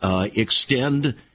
extend